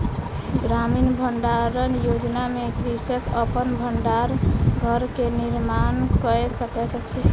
ग्रामीण भण्डारण योजना में कृषक अपन भण्डार घर के निर्माण कय सकैत अछि